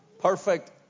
perfect